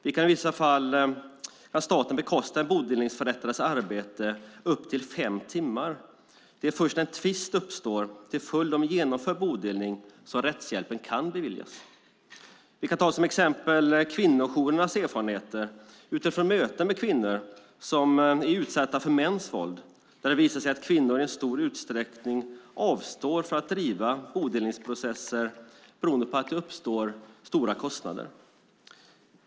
Men i vissa fall kan staten bekosta en bodelningsförrättares arbete för upp till fem timmar. Det är först när en tvist uppstår till följd av en genomförd bodelning som rättshjälp kan beviljas. Vi kan ta som exempel kvinnojourernas erfarenheter utifrån möten med kvinnor som är utsatta för mäns våld - fall där det visar sig att kvinnor i stor utsträckning avstår från att driva bodelningsprocesser beroende på att stora kostnader uppstår.